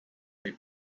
they